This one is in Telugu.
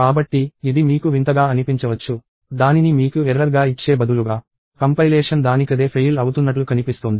కాబట్టి ఇది మీకు వింతగా అనిపించవచ్చు దానిని మీకు ఎర్రర్ గా ఇచ్చే బదులుగా కంపైలేషన్ దానికదే ఫెయిల్ అవుతున్నట్లు కనిపిస్తోంది